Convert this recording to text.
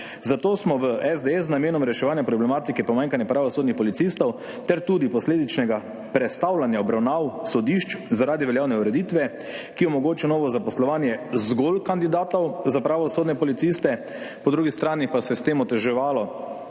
Zato smo v SDS z namenom reševanja problematike pomanjkanja pravosodnih policistov ter tudi posledičnega prestavljanja obravnav sodišč zaradi veljavne ureditve, ki omogoča novo zaposlovanje zgolj kandidatov za pravosodne policiste – po drugi strani pa se je s tem oteževalo